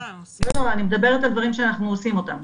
לא, אני מדברת על דברים שאנחנו עושים אותם.